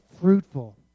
fruitful